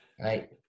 right